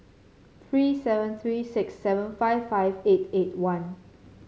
three seven three six seven five five eight eight one